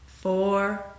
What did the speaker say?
four